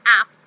app